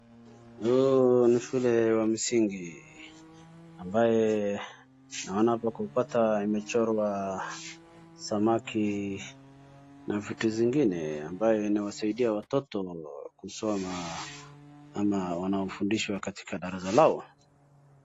Huu ni shule wa mzingi, ambaye naona hapo kwa ukuta imechorwa samaki na vitu zingine , ambaye inawasaidia watoto kusoma ama wanaofundishwa katika darasa lao.